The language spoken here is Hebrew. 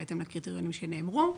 בהתאם לקריטריונים שנאמרו,